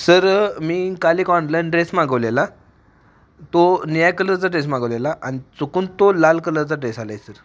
sir मी काल एक ऑनलाईन ड्रेस मागवलेला तो निळ्या कलरचा ड्रेस मागवलेला आणि चुकून तो लाल कलरचा ड्रेस आला आहे सर